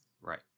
Right